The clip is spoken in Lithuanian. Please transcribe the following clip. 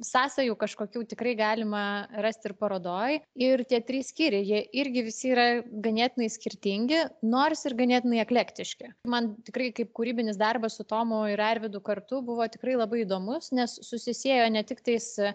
sąsajų kažkokių tikrai galima rasti ir parodoj ir tie trys skyriai jie irgi visi yra ganėtinai skirtingi nors ir ganėtinai eklektiški man tikrai kaip kūrybinis darbas su tomu ir arvydu kartu buvo tikrai labai įdomus nes susisiejo ne tiktais